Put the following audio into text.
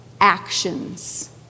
actions